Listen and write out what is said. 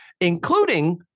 including